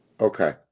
Okay